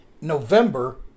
November